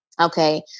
Okay